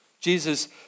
Jesus